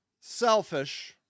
selfish